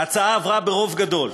ההצעה עברה ברוב גדול.